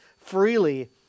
freely